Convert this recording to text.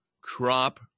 crop